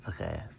Okay